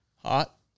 Hot